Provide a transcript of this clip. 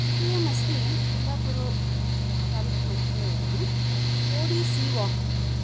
द्वितीयमस्ति कुन्दापुर तालूक् मध्ये एव Kodi sea walk इति